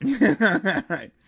Right